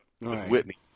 whitney